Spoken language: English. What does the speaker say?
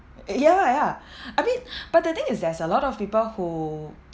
ya ya I mean but the thing is there's a lot of people who